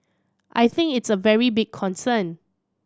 I think it's a very big concern